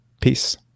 Peace